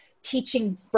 Teaching